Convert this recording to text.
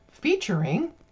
featuring